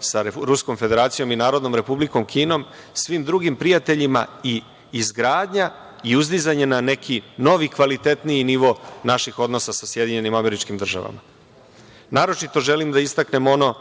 sa Ruskom Federacijom i Narodnom Republikom Kinom, svim drugim prijateljima i izgradnja i uzdizanje na neki novi, kvalitetniji nivo naših odnosa sa SAD.Naročito želim da istaknem ono